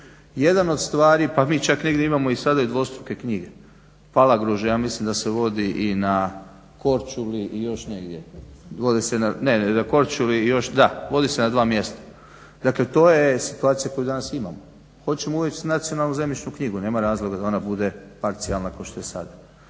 Jedan od stvari pa mi čak negdje imamo i dvostruke knjige. Palagruža ja mislim da se vodi i na Korčuli i još negdje, da vodi se na dva mjesta. Dakle to je situacija koju danas imamo. Hoćemo uvesti nacionalnu zemljišnu knjigu, nema razloga da ona bude parcijalna kao što je sada.